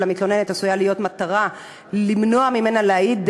המתלוננת עשויה להיות מטרה למנוע ממנה להעיד,